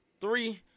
Three